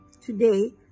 today